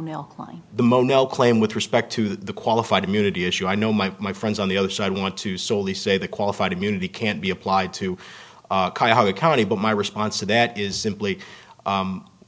male the mono claim with respect to the qualified immunity issue i know my my friends on the other side want to solely say the qualified immunity can be applied to the county but my response to that is simply